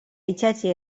itsatsi